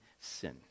sin